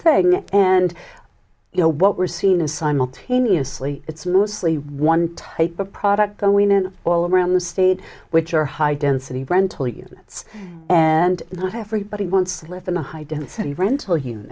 thing and you know what we're seeing is simultaneously it's mostly one type of product going in all around the state which are high density rental units and not everybody wants to live in a high density rental